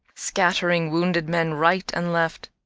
scattering wounded men right and left,